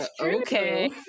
okay